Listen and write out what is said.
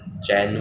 ya